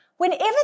Whenever